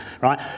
right